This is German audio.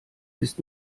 ist